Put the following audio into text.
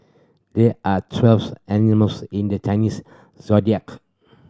there are twelves animals in the Chinese Zodiac